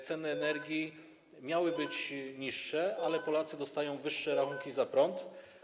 Ceny energii miały być niższe, ale Polacy dostają wyższe rachunki za prąd.